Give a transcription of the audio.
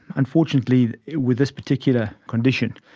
unfortunately with this particular condition,